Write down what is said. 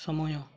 ସମୟ